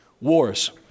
Wars